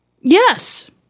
Yes